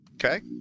Okay